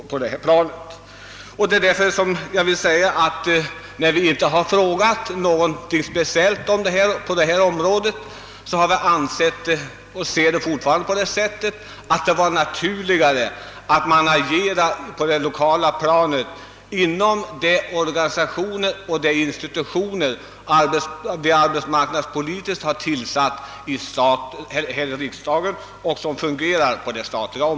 Anledningen till att vi inte har frågat någonting speciellt på detta område är att vi har ansett och fortfarande anser att det är mera naturligt och verklighetsnära att agera på det lokala pla net och inom de organ och institutioner som riksdag och statsmakter i full enighet beslutat om.